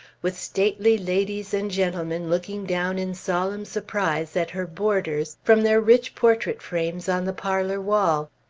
with stately ladies and gentlemen looking down in solemn surprise at her boarders from their rich portrait frames on the parlor wall!